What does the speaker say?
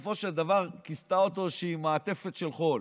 ובסופו של דבר כיסתה אותו איזושהי מעטפת של חול.